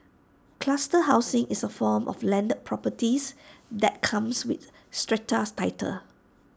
cluster housing is A form of landed properties that comes with strata titles